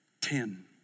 Ten